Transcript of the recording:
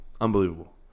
unbelievable